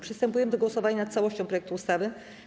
Przystępujemy do głosowania nad całością projektu ustawy.